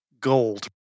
gold